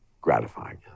gratifying